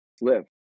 live